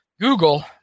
Google